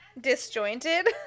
Disjointed